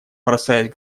бросаясь